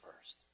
first